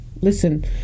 listen